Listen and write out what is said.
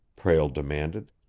prale demanded.